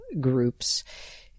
groups